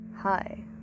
Hi